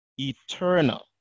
eternal